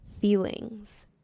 feelings